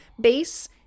base